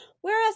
whereas